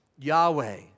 Yahweh